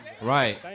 Right